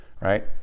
right